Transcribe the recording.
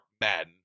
Madden